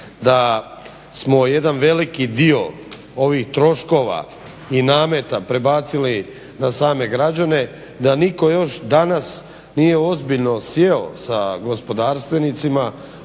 da smo jedan veliki dio ovih troškova i nameta prebacili na same građane, da nitko još danas nije ozbiljno sjeo sa gospodarstvenicima